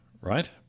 right